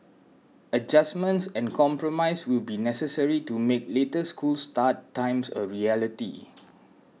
adjustments and compromise will be necessary to make later school start times a reality